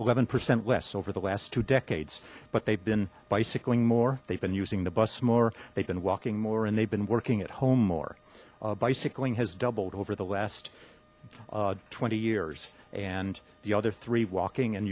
eleven percent less over the last two decades but they've been bicycling more they've been using the bus more they've been walking more and they've been working at home more bicycling has doubled over the last twenty years and the other three walking and